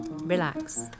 Relax